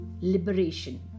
liberation